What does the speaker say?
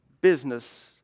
business